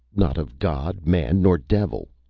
not of god, man, nor devil.